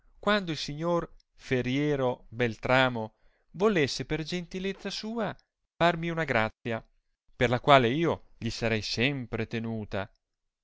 quando il signor ferier beltramo volesse per gentilezza sua farmi una grazia per la quale io gli sarei sempre tenuta